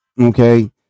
Okay